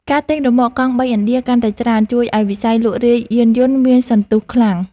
ការទិញរ៉ឺម៉កកង់បីឥណ្ឌាកាន់តែច្រើន ជួយឱ្យវិស័យលក់រាយយានយន្តមានសន្ទុះខ្លាំង។